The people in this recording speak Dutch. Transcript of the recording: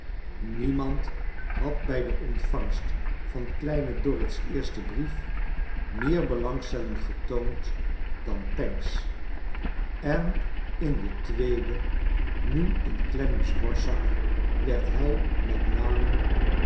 niemand had bij de ontvangst van kleine dorrit's eersten brief meer belangstelling getoond dan pancks en in den tweeden nu in clen nam's borstzak werd hij met name